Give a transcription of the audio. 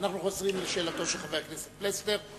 אנחנו חוזרים לשאלתו של חבר הכנסת פלסנר,